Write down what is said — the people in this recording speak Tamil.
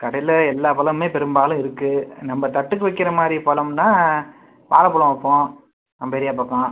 கடையில் எல்லா பழமுமே பெரும்பாலும் இருக்குது நம்ம தட்டுக்கு வைக்கிற மாதிரி பழம்னா வாழைப்பழம் வைப்போம் நம்ப ஏரியா பக்கம்